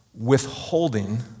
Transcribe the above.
withholding